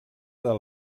del